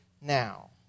now